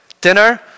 dinner